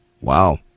Wow